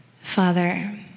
Father